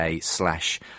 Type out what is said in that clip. slash